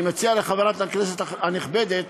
אני מציע לחברת הכנסת הנכבדת,